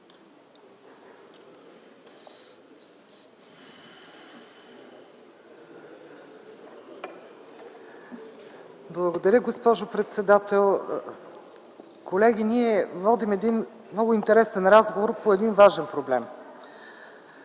Благодаря, госпожо председател. Колеги, ние водим един много интересен разговор по един важен проблем.